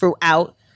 throughout